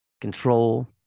control